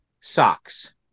socks